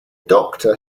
doctor